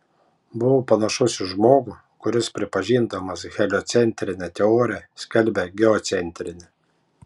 buvau panašus į žmogų kuris pripažindamas heliocentrinę teoriją skelbia geocentrinę